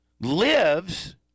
lives